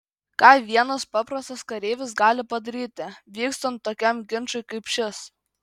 ką vienas paprastas kareivis gali padaryti vykstant tokiam ginčui kaip šis